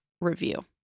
review